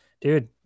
dude